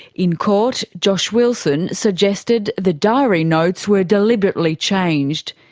in court, josh wilson suggested the diary notes were deliberately changed.